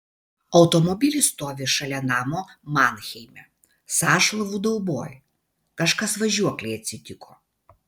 automobilis stovi šalia namo manheime sąšlavų dauboj kažkas važiuoklei atsitiko